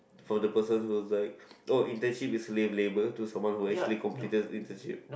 for the person who was like oh internship is slave labour to someone who has actually completed internship